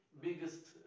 biggest